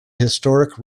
historic